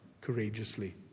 courageously